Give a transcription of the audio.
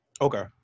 Okay